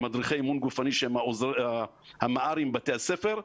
למדריכי אימון גופני שהם המע"רים בבתי הספר,